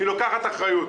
היא לוקחת אחריות.